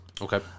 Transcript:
Okay